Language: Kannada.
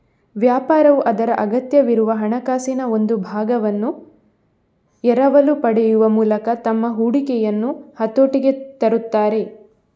ವ್ಯಾಪಾರವು ಅದರ ಅಗತ್ಯವಿರುವ ಹಣಕಾಸಿನ ಒಂದು ಭಾಗವನ್ನು ಎರವಲು ಪಡೆಯುವ ಮೂಲಕ ತಮ್ಮ ಹೂಡಿಕೆಯನ್ನು ಹತೋಟಿಗೆ ತರುತ್ತಾರೆ